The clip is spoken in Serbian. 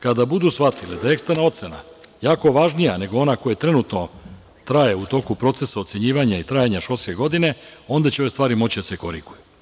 Kada budu shvatile da je eksterna ocena jako važnija nego ona koja trenutno traje u toku procesa ocenjivanja i trajanja školske godine, onda će ove stvari moći da se koriguju.